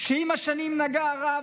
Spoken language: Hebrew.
שעם השנים נגע הרב,